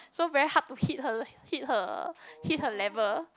so very hard to hit her hit her hit her level